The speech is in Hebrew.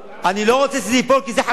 כי זה חשוב.